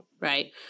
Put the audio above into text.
right